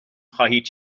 خواهید